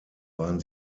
waren